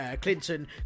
Clinton